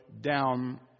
down